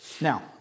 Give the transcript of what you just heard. Now